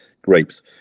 grapes